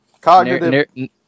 cognitive